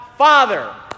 Father